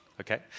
Okay